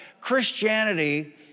Christianity